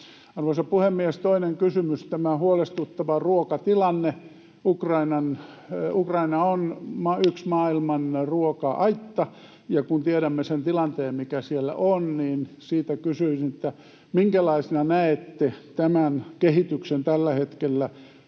Arvoisa puhemies! Toinen kysymys, tämä huolestuttava ruokatilanne. Ukraina on yksi maailman ruoka-aitoista, ja kun tiedämme sen tilanteen, mikä siellä on, niin siitä kysyisin, minkälaisena näette kehityksen tällä hetkellä